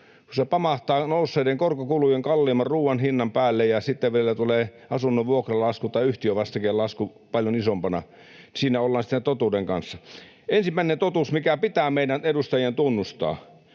Kun se pamahtaa nousseiden korkokulujen ja kalliimman ruuanhinnan päälle ja sitten vielä tulee asunnon vuokralasku tai yhtiövastikelasku paljon isompana, niin siinä ollaan sitten totuuden kanssa. Ensimmäinen totuus, mikä pitää meidän edustajien tunnustaa,